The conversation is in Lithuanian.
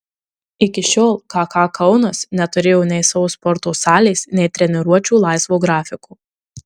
iki šiol kk kaunas neturėjo nei savo sporto salės nei treniruočių laisvo grafiko